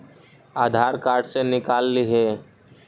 आधार card से निकाल हिऐ?